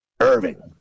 Irving